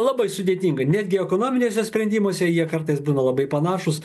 labai sudėtinga netgi ekonominiuose sprendimuose jie kartais būna labai panašūs